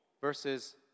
versus